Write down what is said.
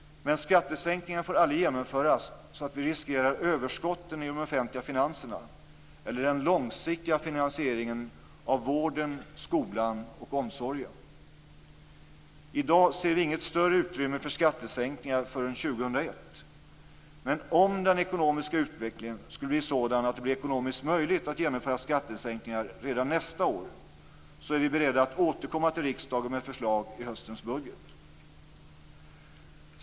Men skattesänkningar får aldrig genomföras så att vi riskerar överskotten i de offentliga finanserna eller den långsiktiga finansieringen av vården, skolan och omsorgen. I dag ser vi inget större utrymme för skattesänkningar förrän år 2001, men om den ekonomiska utvecklingen skulle bli sådan att det blir ekonomiskt möjligt att genomföra skattesänkningar redan nästa år är vi beredda att återkomma till riksdagen med förslag i höstens budget.